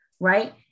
right